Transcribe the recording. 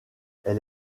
elle